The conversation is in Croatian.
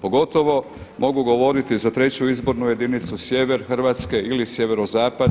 Pogotovo mogu govoriti za treću izbornu jedinicu sjever Hrvatske ili sjeverozapad